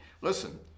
Listen